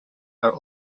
are